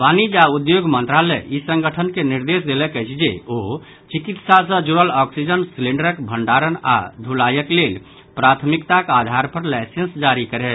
वाणिज्य आ उद्योग मंत्रालय ई संगठन के निर्देश देलक अछि जे ओ चिकित्सा सँ जुड़ल ऑक्सजीन सिलिंडरक भंडारण आओर ढुलायक लेल प्राथमिकताक आधार पर लाइसेंस जारी करय